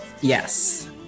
Yes